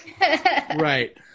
right